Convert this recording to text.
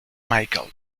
michael